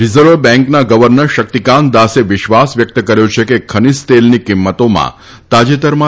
reserve બેંકના governor Shaktikanta દાસે વિશ્વાસ વ્યક્ત કર્યો છે કે ખનિજ તેલની કિંમતોમાં તાજેતરમાં